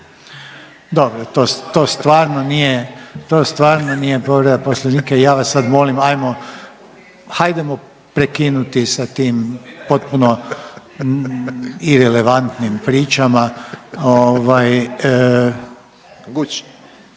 nije, to stvarno nije povreda Poslovnika i ja vas sada molim ajmo, hajdemo prekinuti sa tim potpuno irelevantnim pričama